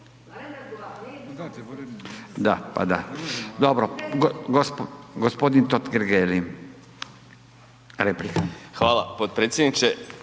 Hvala potpredsjedniče.